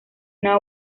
una